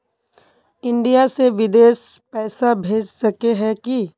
India से बिदेश पैसा भेज सके है की?